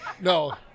No